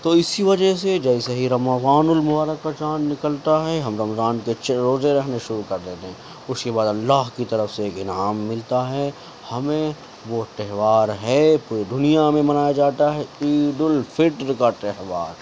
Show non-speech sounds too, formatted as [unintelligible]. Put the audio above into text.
تو اسی وجہ سے جیسے ہی رمضان المبارک کا چاند نکلتا ہے ہم رمضان کے [unintelligible] روزے رکھنے شروع کر دیتے ہیں اس کے بعد اللہ کی طرف سے ایک انعام ملتا ہے ہمیں وہ تہوار ہے پوری دنیا میں منایا جاتا ہے عید الفطر کا تہوار